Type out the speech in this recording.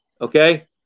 Okay